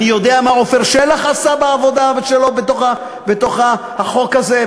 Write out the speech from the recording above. אני יודע מה עפר שלח עשה בעבודה שלו בחוק הזה,